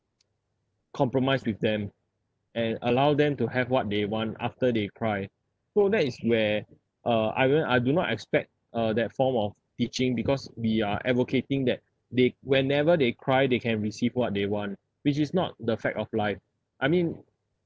compromise with them and allow them to have what they want after they cry so that is where uh I mean I do not expect uh that form of teaching because we are advocating that they whenever they cry they can receive what they want which is not the fact of life I mean